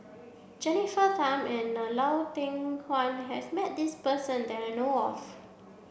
Jennifer Tham and Lau Teng Chuan has met this person that I know of